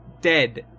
dead